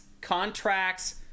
contracts